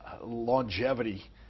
longevity